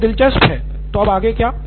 यह दिलचस्प है तो अब आगे क्या